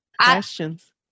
Questions